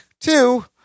two